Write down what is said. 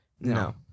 no